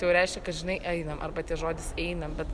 tai jau reiškia kad žinai einam arba tie žodis einam bet